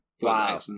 Wow